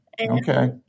Okay